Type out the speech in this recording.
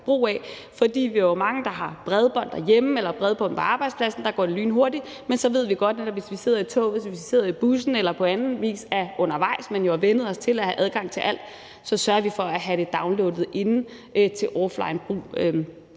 brug af. For vi er mange, der har bredbånd derhjemme eller bredbånd på arbejdspladsen, og der går det lynhurtigt, men hvis vi sidder i toget eller bussen eller på anden vis er undervejs, men jo har vænnet os til at have adgang til alt, så sørger vi for at have det downloadet inden til offlinebrug,